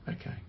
Okay